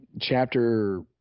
chapter